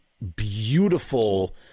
Beautiful